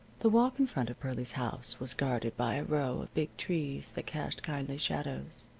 the walk in front of pearlie's house was guarded by a row of big trees that cast kindly shadows.